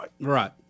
Right